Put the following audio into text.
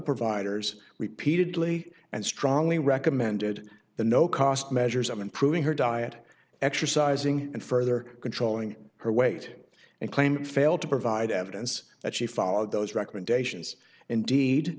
providers repeatedly and strongly recommended the no cost measures of improving her diet exercising and further controlling her weight and claimed failed to provide evidence that she followed those recommendations indeed